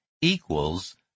equals